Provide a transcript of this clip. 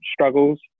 struggles